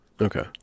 Okay